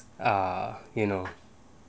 ah you know